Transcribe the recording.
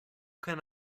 can